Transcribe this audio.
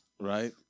Right